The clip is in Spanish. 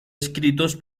escritos